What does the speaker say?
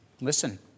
Listen